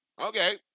okay